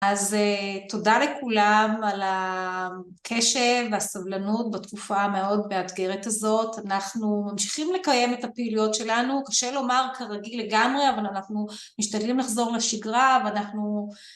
אז תודה לכולם על הקשב והסבלנות בתקופה המאוד מאתגרת הזאת, אנחנו ממשיכים לקיים את הפעילויות שלנו, קשה לומר כרגיל לגמרי, אבל אנחנו משתדלים לחזור לשגרה, ואנחנו...